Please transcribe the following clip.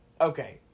okay